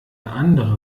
andere